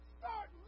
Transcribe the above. start